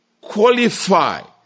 qualify